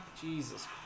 Jesus